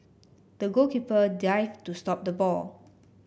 the goalkeeper dived to stop the ball